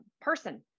person